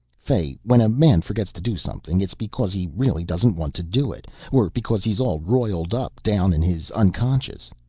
fay, when a man forgets to do something, it's because he really doesn't want to do it or because he's all roiled up down in his unconscious.